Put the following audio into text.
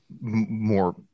more